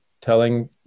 telling